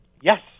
Yes